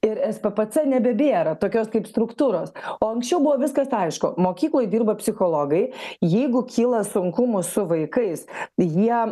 ir sppc pats nebėra tokios kaip struktūros o anksčiau buvo viskas aišku mokykloj dirba psichologai jeigu kyla sunkumų su vaikais jie